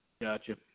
Gotcha